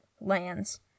lands